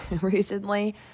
recently